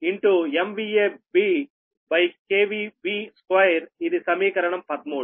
ఇది సమీకరణం 13